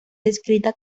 descrita